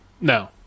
No